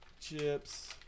chips